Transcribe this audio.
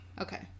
okay